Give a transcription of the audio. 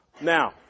Now